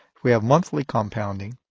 we have monthly compounding,